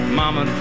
mama